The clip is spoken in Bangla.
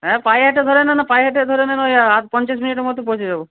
হ্যাঁ পায়ে হেঁটে ধরে নেন পায়ে হেঁটে ধরে নেন ওই আর পঞ্চাশ মিনিটের মধ্যে পৌঁছে যাব